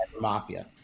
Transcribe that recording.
mafia